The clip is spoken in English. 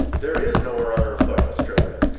there is nowhere on earth like australia,